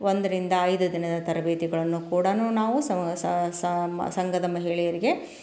ಒಂದರಿಂದ ಐದು ದಿನದ ತರಬೇತಿಗಳನ್ನು ಕೂಡಾ ನಾವು ಸಂಘದ ಮಹಿಳೆಯರಿಗೆ